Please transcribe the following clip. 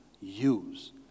use